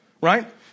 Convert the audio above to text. right